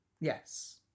yes